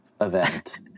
event